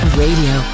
radio